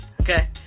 okay